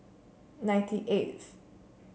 ninety eighth